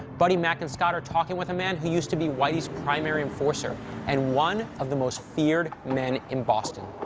buddy, mac, and scott are talking with a man who used to be whitey's primary enforcer and one of the most feared men in boston.